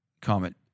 comment